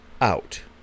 out